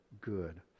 good